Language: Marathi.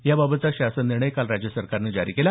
याबाबतचा शासन निर्णय काल राज्य सरकारनं जारी केला